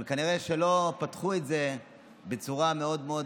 אבל כנראה שלא פתחו את זה בצורה מאוד מאוד